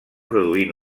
produir